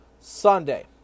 sunday